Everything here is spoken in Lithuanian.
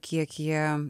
kiek jie